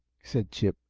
said chip,